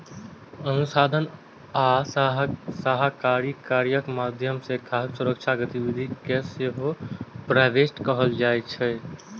अनुसंधान आ सहकारी कार्यक माध्यम सं खाद्य सुरक्षा गतिविधि कें सेहो प्रीहार्वेस्ट कहल जाइ छै